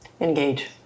Engage